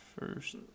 first